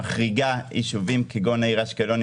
שמחריגה ישובים כגון העיר אשקלון,